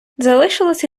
залишилося